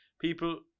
People